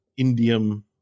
indium